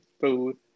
food